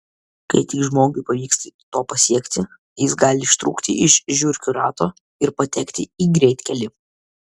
kai tik žmogui pavyksta to pasiekti jis gali ištrūkti iš žiurkių rato ir patekti į greitkelį